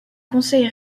conseil